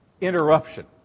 interruption